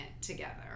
together